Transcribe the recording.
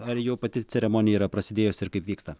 ar jau pati ceremonija yra prasidėjus ir kaip vyksta